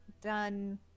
done